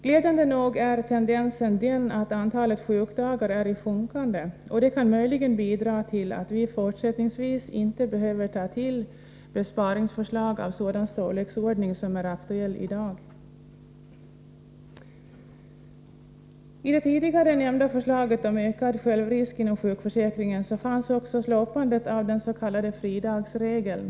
Glädjande nog är tendensen den att antalet sjukdagar är i sjunkande, och det kan möjligen bidra till att vi fortsättningsvis inte behöver ta till besparingsförslag i sådan storleksordning som är aktuell i dag. I det tidigare nämnda förslaget om ökad självrisk inom sjukförsäkringen fanns också slopandet av den s.k. fridagsregeln.